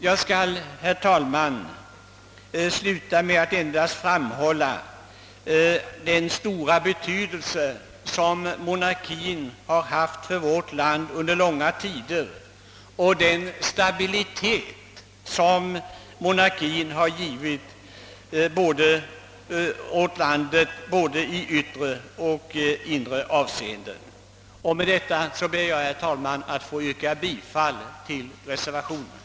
Jag skall, herr talman, sluta med att endast framhålla den stora betydelse, som monarkien har haft i vårt land under långa tider, och den stabilitet som monarkien har givit åt landets både yttre och inre förhållanden. Med detta ber jag, herr talman, att få yrka bifall till reservationen.